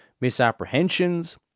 misapprehensions